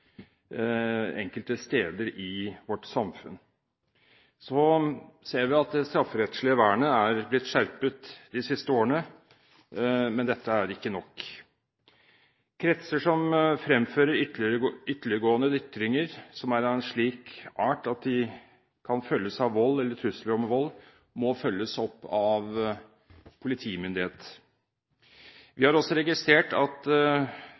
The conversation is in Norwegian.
enkelte steder i vårt samfunn. Så ser vi at det strafferettslige vernet er blitt skjerpet de siste årene, men dette er ikke nok. Kretser som fremfører ytterliggående ytringer som er av en slik art at de kan følges av vold eller trusler om vold, må følges opp av politimyndighetene. Vi har også registrert at